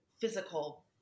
physical